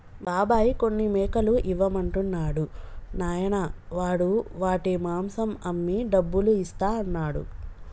బాబాయ్ కొన్ని మేకలు ఇవ్వమంటున్నాడు నాయనా వాడు వాటి మాంసం అమ్మి డబ్బులు ఇస్తా అన్నాడు